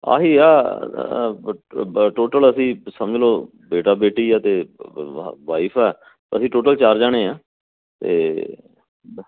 ਆਹੀ ਆ ਵ ਬ ਟੋਟਲ ਅਸੀਂ ਸਮਝ ਲਉ ਬੇਟਾ ਬੇਟੀ ਆ ਅਤੇ ਵਾ ਵਾਈਫ ਆ ਅਸੀਂ ਟੋਟਲ ਚਾਰ ਜਾਣੇ ਆ ਅਤੇ